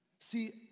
See